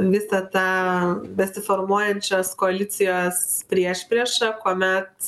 visą tą besiformuojančios koalicijos priešpriešą kuomet